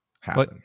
happen